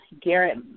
Garrett